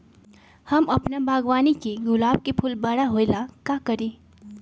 हम अपना बागवानी के गुलाब के फूल बारा होय ला का करी?